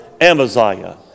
Amaziah